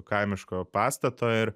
kaimiško pastato ir